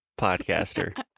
podcaster